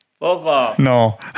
No